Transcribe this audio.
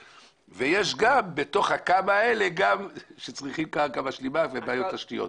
ובתוך הכמה האלה צריכים קרקע משלימה ובעיות תשתיתיות.